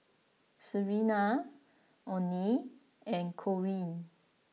Serena Oney and Corean